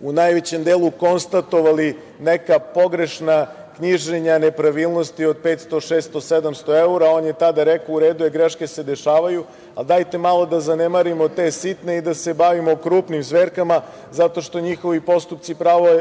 u najvećem delu konstatovali neka pogrešna knjiženja, nepravilnosti od 500, 600, 700 evra. On je tada rekao - u redu je, greške se dešavaju, dajte malo da zanemarimo te sitne i da se bavimo krupnim zverkama, zato što njihovi postupci